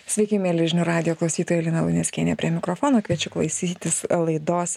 sveiki mieli žinių radijo klausytojai lina luneckienė prie mikrofono kviečiu klausytis laidos